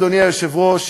אדוני היושב-ראש,